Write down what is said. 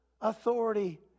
authority